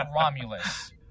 Romulus